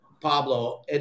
Pablo